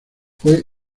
fue